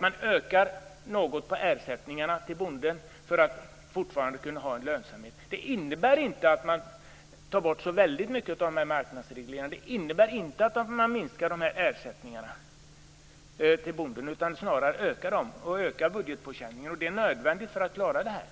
Man ökar ersättningarna till bonden något för att fortfarande kunna ha en lönsamhet. Det innebär inte att man tar bort så där väldigt mycket av de här marknadsregleringarna. Det innebär inte att man minskar ersättningarna till bonden. Snarare ökar man dem, och man ökar budgetpåkänningen. Det är nödvändigt för att klara det här.